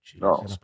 No